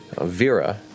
Vera